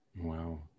Wow